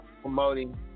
promoting